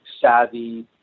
savvy